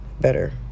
better